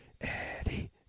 Eddie